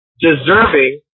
deserving